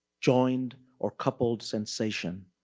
joined or coupled sensation.